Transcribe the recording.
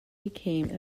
became